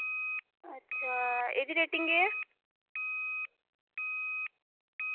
अच्छा एह्दी रेटिंग केह् ऐ